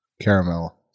caramel